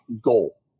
goal